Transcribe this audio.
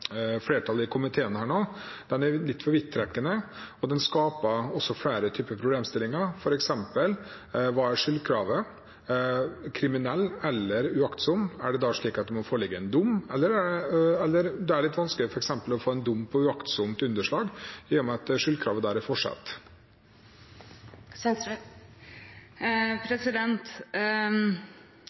flertallet i komiteen er litt for vidtrekkende, og det skaper også flere typer problemstillinger, f.eks. når det gjelder skyldkravet. Kriminell eller uaktsom? Er det da slik at det må foreligge en dom? Det er f.eks. litt vanskelig å få en dom for uaktsomt underslag i og med at skyldkravet der er